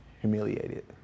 humiliated